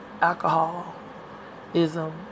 alcoholism